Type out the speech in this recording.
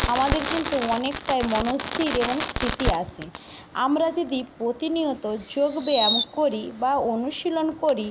আমাদের কিন্তু অনেকটাই মনস্থির এবং স্মৃতি আসে আমরা যদি প্রতিনিয়ত যোগ ব্যায়াম করি বা অনুশীলন করি